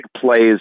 plays